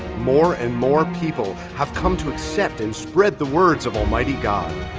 more and more people have come to accept and spread the words of almighty god.